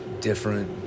different